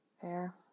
Fair